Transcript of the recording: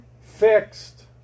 fixed